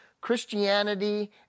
Christianity